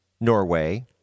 Norway